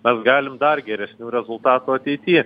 mes galim dar geresnių rezultatų ateity